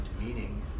meaning